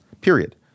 period